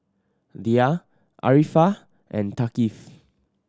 Dhia Arifa and Thaqif